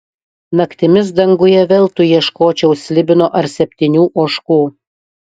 naktimis danguje veltui ieškočiau slibino ar septynių ožkų